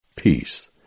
Peace